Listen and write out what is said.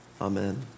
Amen